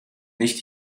nicht